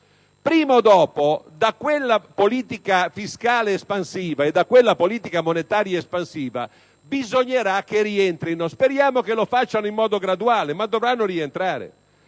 Prima o poi da quella politica fiscale espansiva e da quella politica monetaria espansiva bisognerà che rientrino; speriamo che lo facciano in modo graduale, ma dovranno rientrare.